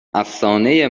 افسانه